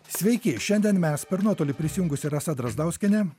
sveiki šiandien mes per nuotolį prisijungusi rasa drazdauskienė